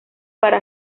para